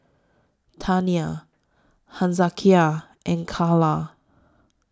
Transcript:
Tania Hezekiah and Calla